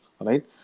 right